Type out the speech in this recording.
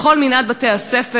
בכל מנעד בתי-הספר,